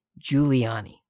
Giuliani